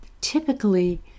typically